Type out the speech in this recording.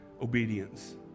obedience